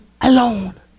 alone